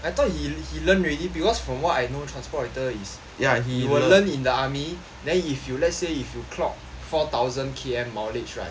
I thought he he learn already because from what I know transport operator is you will learn in the army then if you let's say if you clock four thousand K_M mileage right